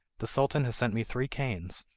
the sultan has sent me three canes,